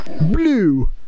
Blue